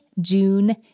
June